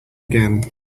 again